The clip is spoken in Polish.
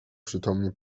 przytomnie